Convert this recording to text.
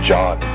John